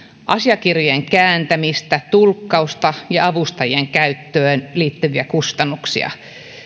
asiakirjojen kääntämistä tulkkausta ja avustajien käyttöön liittyviä kustannuksia